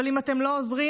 אבל אם אתם לא עוזרים,